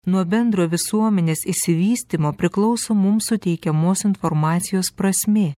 nuo bendro visuomenės išsivystymo priklauso mums suteikiamos informacijos prasmė